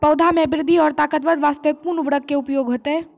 पौधा मे बृद्धि और ताकतवर बास्ते कोन उर्वरक के उपयोग होतै?